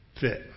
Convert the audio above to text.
fit